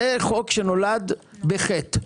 זה חוק שנולד בחטא.